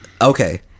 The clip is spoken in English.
okay